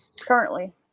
currently